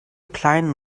kleinen